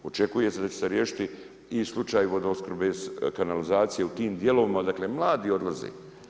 Očekuje se da će se riješiti i slučaj vodoopskrbe kanalizacije u tim dijelovima, dakle mladi odlaze.